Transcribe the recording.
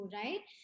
right